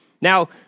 Now